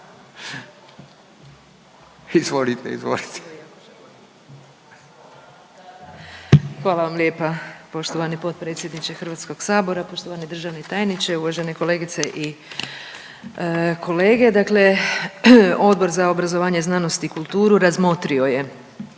Vesna (HDZ)** Hvala vam lijepa poštovani potpredsjedniče Hrvatskog sabora, poštovani državni tajniče, uvažene kolegice i kolege. Dakle, Odbor za obrazovanje, znanost i kulturu, razmotrio je